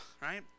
right